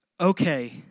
okay